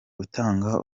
gutanga